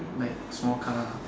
like small car ah